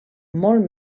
molt